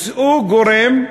מצאו גורם,